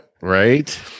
Right